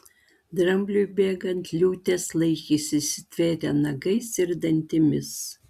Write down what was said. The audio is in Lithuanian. drambliui bėgant liūtės laikėsi įsitvėrę nagais ir dantimis